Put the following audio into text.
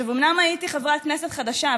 אומנם הייתי חברת כנסת חדשה,